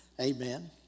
amen